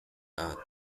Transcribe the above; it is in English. are